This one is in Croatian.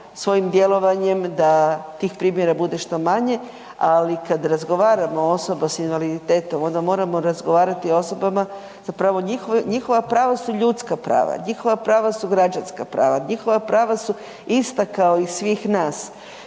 svojim djelovanjem da tih primjera bude što manje, ali kad razgovaramo o osobama s invaliditetom onda moramo razgovarati i o osobama, zapravo njihova prava su ljudska prava, njihova prava su građanska prava, njihova prava su ista kao i svih nas